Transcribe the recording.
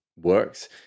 works